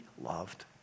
loved